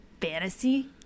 fantasy